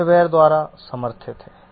software द्वारा समर्थित है